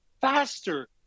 faster